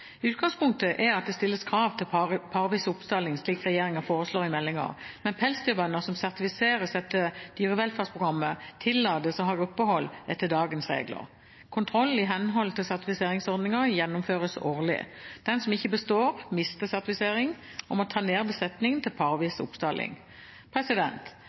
Utgangspunktet er at det stilles krav til parvis oppstalling, slik regjeringen foreslår i meldingen, men pelsdyrbønder som sertifiseres etter dyrevelferdsprogrammet, tillates å ha gruppehold etter dagens regler. Kontroll i henhold til sertifiseringsordningen gjennomføres årlig. Den som ikke består, mister sertifiseringen og må ta ned besetningen til